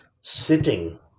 sitting